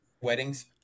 weddings